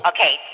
Okay